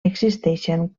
existeixen